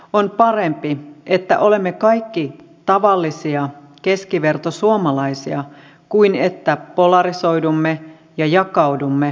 on parempi että olemme kaikki tavallisia keskivertosuomalaisia kuin että polarisoidumme ja jakaudumme äärilaidoille